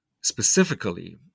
specifically